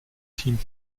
team